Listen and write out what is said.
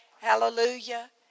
Hallelujah